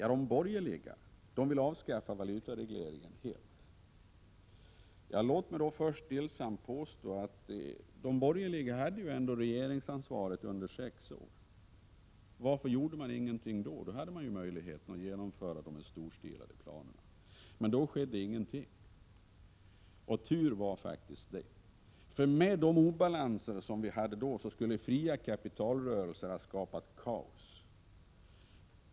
De borgerliga vill avskaffa valutaregleringen helt. Låt mig då först stillsamt påstå att de borgerliga ändå hade regeringsansvaret under sex år. Varför gjorde de ingenting då? Då hade de ju möjlighet att genomföra de här storstilade planerna, men då skedde ingenting. Och tur var faktiskt det, för med de obalanser som vi hade då skulle fria kapitalrörelser ha skapat kaos.